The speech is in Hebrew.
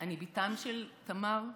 אני בתם של תמר,